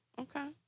Okay